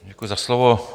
Děkuji za slovo.